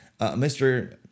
Mr